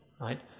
Right